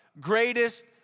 greatest